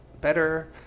better